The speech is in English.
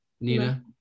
Nina